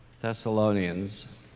Thessalonians